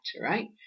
right